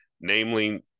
Namely